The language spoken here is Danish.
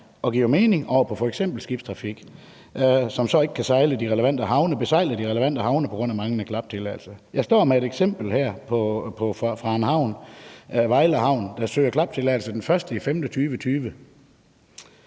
det giver mening, over på f.eks. skibstrafik, som så ikke kan besejle de relevante havne på grund af manglende klaptilladelse. Jeg står med et eksempel her fra en havn, Vejle Havn, der søger klaptilladelse den 1. maj 2020.